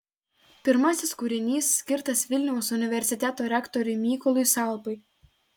pirmasis kūrinys skirtas vilniaus universiteto rektoriui mykolui salpai